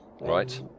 Right